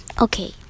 okay